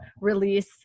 release